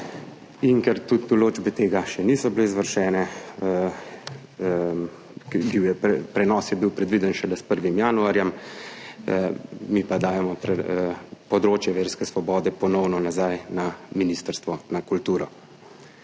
in ker določbe tega še niso bile izvršene, prenos je bil predviden šele s 1. januarjem, dajemo področje verske svobode ponovno nazaj na Ministrstvo za kulturo.